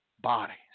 bodies